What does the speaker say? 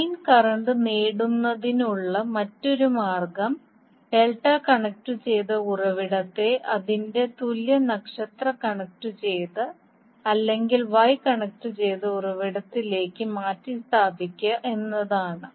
line current നേടുന്നതിനുള്ള മറ്റൊരു മാർഗ്ഗം ഡെൽറ്റ കണക്റ്റുചെയ്ത ഉറവിടത്തെ അതിന്റെ തുല്യ നക്ഷത്ര കണക്റ്റുചെയ്ത അല്ലെങ്കിൽ Y കണക്റ്റുചെയ്ത ഉറവിടത്തിലേക്ക് മാറ്റിസ്ഥാപിക്കുക എന്നതാണ്